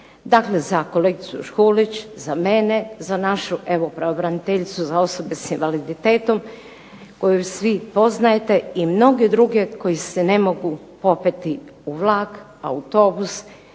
dakle za kolegicu Škuluć, za mene, za našu pravobraniteljicu za osobe sa invaliditetom koju svi poznajete i mnoge druge koji se ne mogu popeti u vlak, autobus